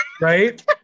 Right